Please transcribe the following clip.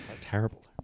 terrible